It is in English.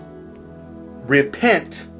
repent